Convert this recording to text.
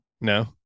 No